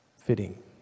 Fitting